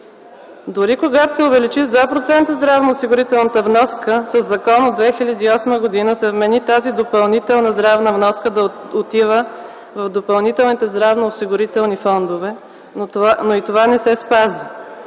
Дори когато се увеличи с 2% здравноосигурителната вноска, със закон от 2008 г. се вмени тази допълнителна здравна вноска да отива в допълнителните здравноосигурителни фондове, но и това не се спази.